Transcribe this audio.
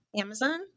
Amazon